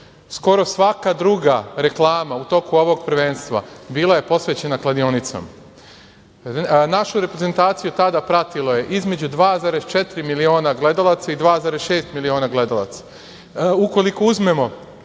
Skoro svaka druga reklama u toku ovog prvenstva bila je posvećena kladionicom. Našu reprezentaciju tada pratila je između 2,4 miliona gledaoca i 2,6 miliona gledaoca. Ukoliko uzmemo